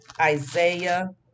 Isaiah